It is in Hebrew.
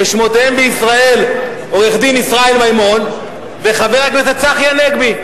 ושמותיהם בישראל עורך-הדין ישראל מימון וחבר הכנסת צחי הנגבי?